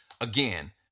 Again